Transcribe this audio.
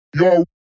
yo